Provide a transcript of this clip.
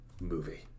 Movie